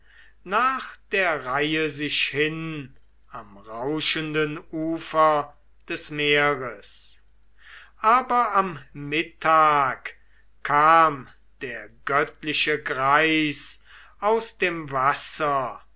nach der reihe sich hin am rauschenden ufer des meeres aber am mittag kam der göttliche greis aus dem wasser